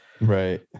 Right